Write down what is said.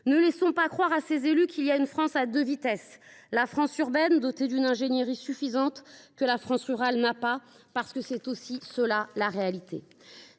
Ne laissons pas croire à ces élus qu’il existe une France à deux vitesses, la France urbaine, dotée d’une ingénierie suffisante, et la France rurale, qui n’en dispose pas – c’est aussi cela, la réalité.